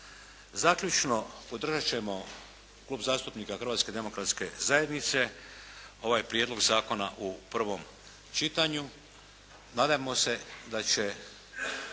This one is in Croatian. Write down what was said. Zaključno podržat ćemo, Klub zastupnika Hrvatske demokratske zajednice ovaj Prijedlog zakona u prvom čitanju. Nadamo se da će